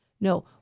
No